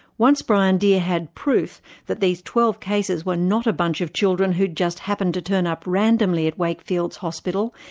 once brian deer had proof that these twelve cases were not a bunch of children who just happened to turn up randomly at wakefield's hospital,